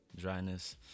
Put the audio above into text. dryness